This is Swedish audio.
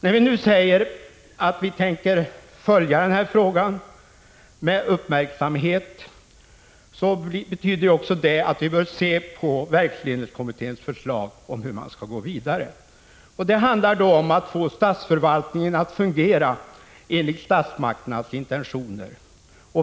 Att vi nu säger att vi tänker följa denna fråga med uppmärksamhet betyder också att vi bör se på verksledningskommitténs förslag om hur man skall gå vidare. Det handlar då om att få statsförvaltningen att fungera enligt statsmakternas intentioner.